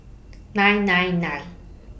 nine nine nine